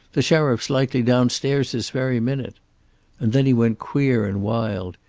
the sheriff's likely downstairs this very minute and then he went queer and wild.